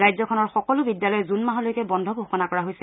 ৰাজ্যখনত সকলো বিদ্যালয় জুন মাহলৈকে বন্ধ ঘোষণা কৰা হৈছে